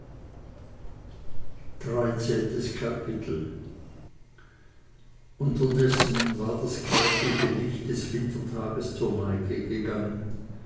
zuspruche xiii unterdessen war das kärgliche licht des wintertages zur neige gegangen